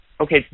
Okay